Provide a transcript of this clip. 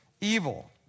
evil